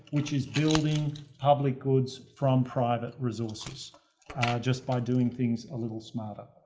which is building public goods from private resources just by doing things a little smarter.